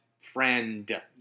friend